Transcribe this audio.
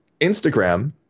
instagram